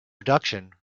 production